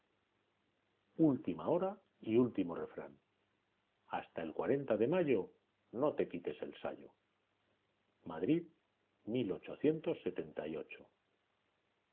última hora y último refrán hasta el de mayo no te quites el sayo madrid